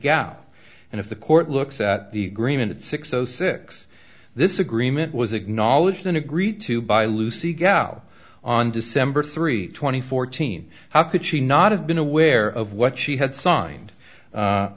gap and if the court looks at the green and it's six o six this agreement was acknowledged and agreed to by lucy gal on december three twenty fourteen how could she not have been aware of what she had signed